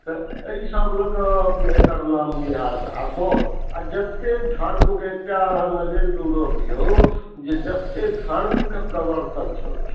तऽ ऐ सब लऽ कऽ एकर नाम बिहार आ बौद्ध आ जते धर्मके एकटा अहाँ नजर दौड़बियौ जे जते धर्मके प्रवर्तक छलखिन